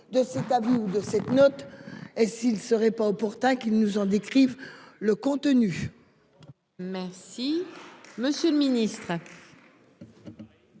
de ce tabou de cette note et s'il serait pas opportun qu'ils nous ont décrive le contenu. Merci. Monsieur le Ministre.